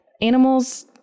animals